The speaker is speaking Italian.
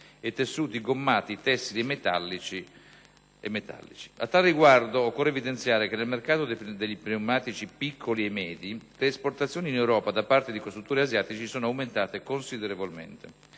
e tessuti gommati tessili e metallici. A tal riguardo, occorre evidenziare che nel mercato degli pneumatici piccoli e medi, le esportazioni in Europa da parte di costruttori asiatici sono aumentate notevolmente.